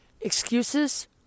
excuses